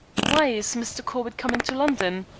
why is mr. corbett coming to london?